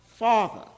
Father